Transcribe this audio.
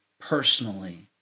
personally